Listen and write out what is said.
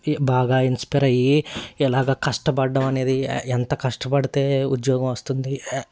బాగా ఇన్స్పైర్ అయి ఎలాగా కష్టపడటం అనేది ఎంత కష్టపడితే ఉద్యోగం వస్తుంది